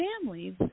families